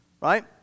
right